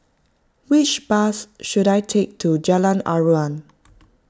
which bus should I take to Jalan Aruan